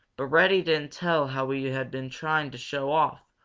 but reddy didn't tell how he had been trying to show off,